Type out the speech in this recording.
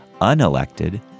unelected